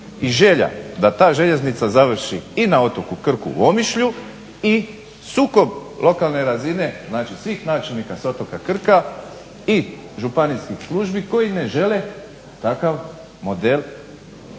i želja da ta željeznica završi i na otoku Krku u Omišlju i sukob lokalne razine, znači svih načelnika sa otoka Krka i županijskih službi koji ne žele takav model kako oni